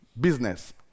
business